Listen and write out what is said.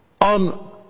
on